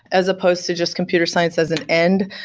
as opposed to just computer science as an end.